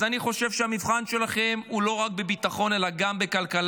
אז אני חושב שהמבחן שלכם הוא לא רק בביטחון אלא גם בכלכלה.